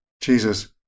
Jesus